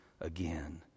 again